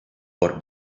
por